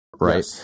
right